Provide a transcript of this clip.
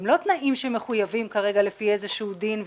הם לא תנאים שמחויבים כרגע לפי איזשהו דין,